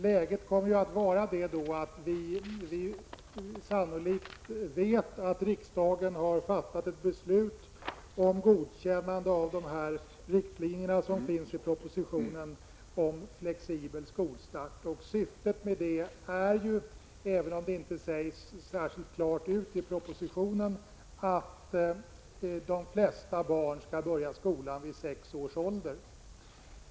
Vi kommer då att veta att riksdagen sannolikt har fattat ett beslut om godkännande av dessa riktlinjer om flexibel skolstart som finns i propositionen. Syftet med det är ju -- även om det inte särskilt klart utsägs i propositionen -- att de flesta barn skall börja skolan vid sex års ålder.